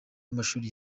w’amashuri